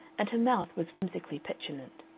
and her mouth was whimsically petulant.